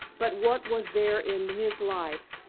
but what was there in his life,